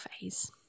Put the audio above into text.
phase